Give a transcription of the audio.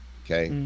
okay